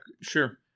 sure